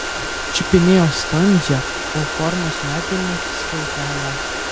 čiupinėjo standžią u formos medvilnės skiautelę